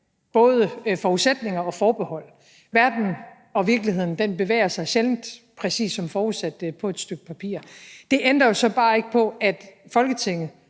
masse forudsætninger og forbehold. Verden og virkeligheden bevæger sig sjældent præcis som forudsat på et stykke papir. Det ændrer jo så bare ikke på, at Folketinget